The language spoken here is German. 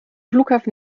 flughafen